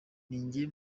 ninjye